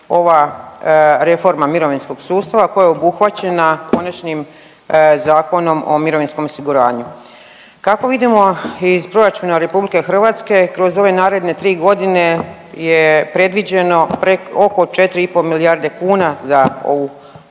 ova reforma mirovinskog sustava koja je obuhvaćena …/Govornik se ne razumije/… Zakonom o mirovinskom osiguranju. Kako vidimo iz proračuna RH kroz ove naredne 3.g. je predviđeno oko 4,5 milijarde kuna za ovu